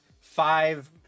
five